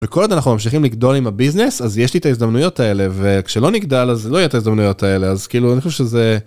וכל אנחנו ממשיכים לגדול עם הביזנס אז יש לי את ההזדמנויות האלה וכשלא נגדל אז לא יהיה את הזדמנויות האלה אז כאילו אני חושב שזה